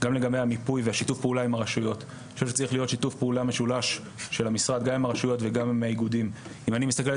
שנים הייתי ראש רשות הספורט של ראשון-לציון ואני חבר ועדת